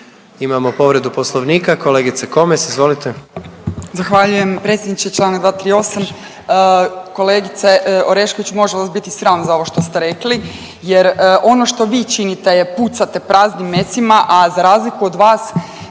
Imamo povredu Poslovnika, kolegice Komes izvolite. **Komes, Magdalena (HDZ)** Zahvaljujem. Predsjedniče, čl. 238.. Kolegice Orešković, može vas biti sram za ovo što ste rekli jer ono što vi činite je pucate praznim mecima, a za razliku od vas